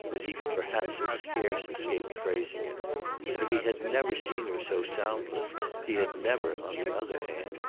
as he could perhaps have scarce escaped phrasing it and if he had never seen her so soundless he had never, on the other hand,